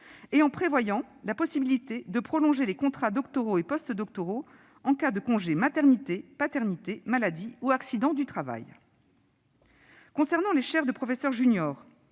et en prévoyant la possibilité de prolonger les contrats doctoraux et postdoctoraux en cas de congé maternité, de congé paternité, de congé maladie ou de congé pour accident du travail. Concernant les chaires de professeur junior,